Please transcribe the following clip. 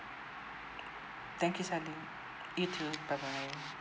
thank you sally you too bye bye